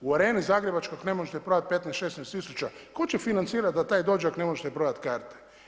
U Areni zagrebačkoj, ako ne možete prodat 15, 16 tisuća, tko će financirat da taj dođe ako ne možete prodat karte?